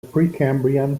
precambrian